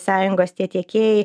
sąjungos tie tiekėjai